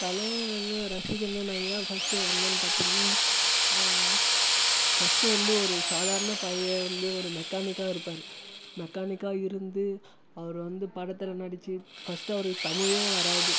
தல வந்து ரசிகனாக நான் ஏன் ஃபர்ஸ்ட்டு வந்தன்னு பார்த்தீங்கன்னா ஃபர்ஸ்ட்டு வந்து ஒரு சாதாரண பையன் வந்து ஒரு மெக்கானிக்காக இருப்பார் மெக்கானிக்காக இருந்து அவர் வந்து படத்தில் நடிச்சு ஃபர்ஸ்ட்டு அவருக்கு தமிழே வராது